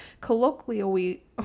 Colloquially